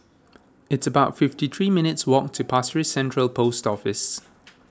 it's about fifty three minutes' walk to Pasir Ris Central Post Office